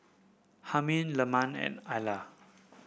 Hilmi Leman and Alya